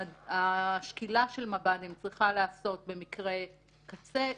השקילה של מב"דים צריכה להיעשות במקרי קצה,